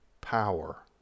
power